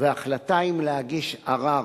והחלטה אם להגיש ערר